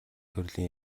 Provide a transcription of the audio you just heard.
төрлийн